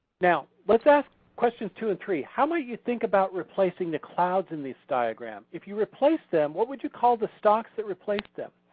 now let's ask questions two and three. how might you think about replacing the clouds in this diagram? if you replace them what would you call the stocks that replace them?